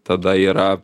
tada yra